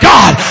God